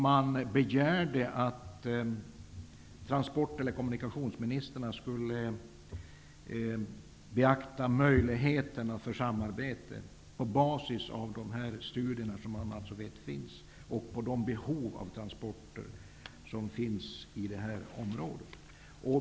Man begärde att transport eller kommunikationsministrarna skulle beakta möjligheterna för samarbete på basis av dessa studier som man vet finns och på basis av de behov av transporter som finns i det här området.